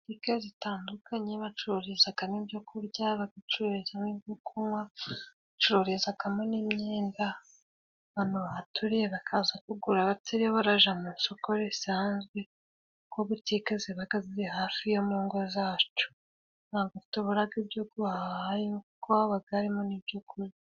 Butike zitandukanye bacururizagamo ibyo kurya, babicuruza nko kunywa, bacururizagamo n'imyenda. Abantu bahaturiye bakaza kugura batarinze bajaga mu isoko risanzwe. nko gutika zibagaze hafi yo mu ngo zacu ntabwo tuburaga bwoguhaha habaga harimo ni iby'ukuri.